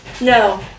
No